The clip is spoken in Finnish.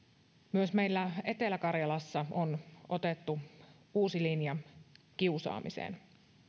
myös meillä etelä karjalassa on otettu uusi linja kiusaamiseen